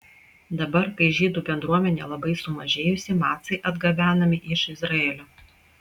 dabar kai žydų bendruomenė labai sumažėjusi macai atgabenami iš izraelio